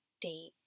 date